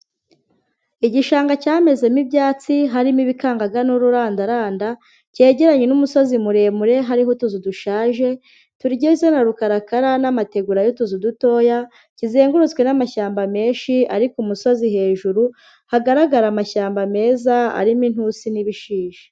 Igishanga cyamezemo ibyatsi harimo ibikangaga n'ururandaranda, cyegeranye n'umusozi muremure hariho utuzu dushaje tugizwe na rukarakara n'amategura y'utuzu dutoya kuzengurutswe n'amashyamba menshi ari ku umusozi hejuru hagaragarare amashyamba meza arimo intusi n'ibishishi.